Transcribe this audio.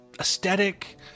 aesthetic